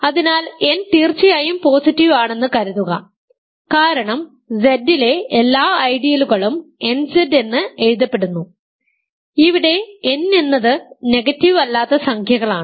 അതിനാൽ n തീർച്ചയായും positive ആണെന്ന് കരുതുക കാരണം Z ലെ എല്ലാ ഐഡിയലുകളും nZ എന്ന് എഴുതപ്പെടുന്നു ഇവിടെ n എന്നത് നെഗറ്റീവ് അല്ലാത്ത സംഖ്യകളാണ്